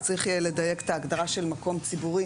אז צריך יהיה לדייק את ההגדרה של מקום ציבורי,